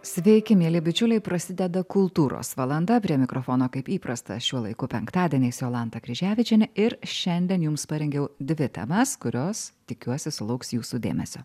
sveiki mieli bičiuliai prasideda kultūros valanda prie mikrofono kaip įprasta šiuo laiku penktadieniais jolanta kryževičienė ir šiandien jums parengiau dvi temas kurios tikiuosi sulauks jūsų dėmesio